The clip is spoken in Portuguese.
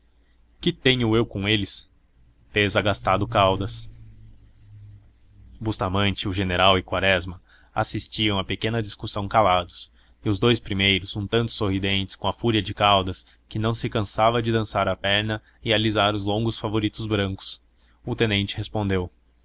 que tenho eu com eles fez agastado caldas bustamente o general e quaresma assistiam à pequena discussão calados e os dous primeiros um tanto sorridentes com a fúria de caldas que não se cansava de dançar a perna e alisar os longos favoritos brancos o tenente respondeu